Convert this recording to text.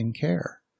care